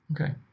Okay